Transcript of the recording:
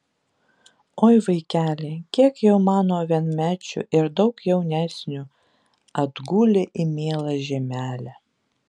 oi vaikeli kiek jau mano vienmečių ir daug jaunesnių atgulė į mielą žemelę